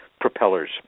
propellers